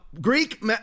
Greek